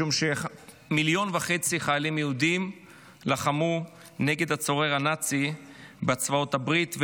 משום שמיליון וחצי חיילים יהודים לחמו נגד הצורר הנאצי בצבאות הברית,